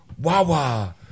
Wawa